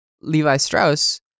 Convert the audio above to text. Levi-Strauss